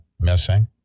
missing